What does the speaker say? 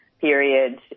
period